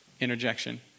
Interjection